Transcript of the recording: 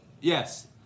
Yes